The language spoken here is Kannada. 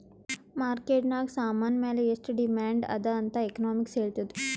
ಮಾರ್ಕೆಟ್ ನಾಗ್ ಸಾಮಾನ್ ಮ್ಯಾಲ ಎಷ್ಟು ಡಿಮ್ಯಾಂಡ್ ಅದಾ ಅಂತ್ ಎಕನಾಮಿಕ್ಸ್ ಹೆಳ್ತುದ್